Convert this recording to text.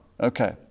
Okay